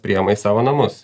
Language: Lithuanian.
priėma savo namus